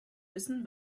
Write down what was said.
wissen